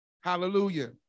Hallelujah